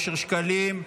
אושר שקלים,